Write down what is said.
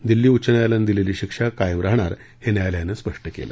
दिल्ली उच्च न्यायालयाने दिलेली शिक्षा कायम राहणार हे ही न्यायालयाने स्पष्ट केले